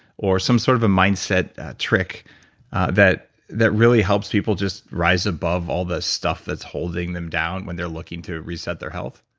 or some sort of a mindset trick that that really helps people just rise above all the stuff that's holding them down when they're looking to reset their health?